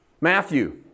Matthew